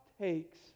takes